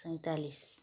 सैँतालिस